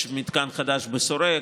יש מתקן חדש בשורק,